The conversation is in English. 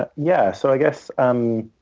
but yeah. so i guess um